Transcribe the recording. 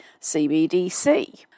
CBDC